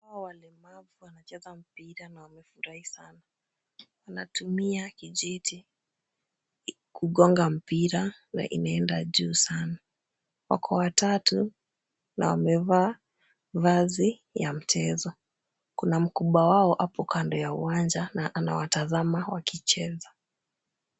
Hawa walemavu wanacheza mpira na wamefurahi sana. Wanatumia kijiti kugonga mpira na imeenda juu sana. Wako watatu na wamevaa vazi ya mchezo. Kuna mkubwa wao hapo kando ya uwanja na anawatazama wakicheza.